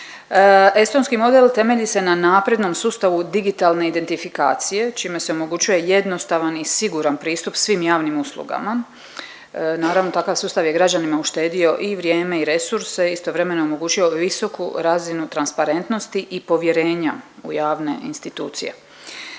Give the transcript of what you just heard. Estonski model temelji se ne naprednom sustavu digitalne identifikacije čime se omogućuje jednostavan i siguran pristup svim javnim uslugama. Naravno takav sustav je građanima uštedio i vrijeme i resurse i istovremeno omogućio visoku razinu transparentnosti i povjerenja u javne institucije.